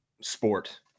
sport